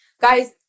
Guys